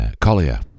Collier